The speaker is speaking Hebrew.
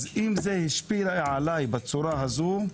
אז אם זה השפיע עליי בצורה הזו,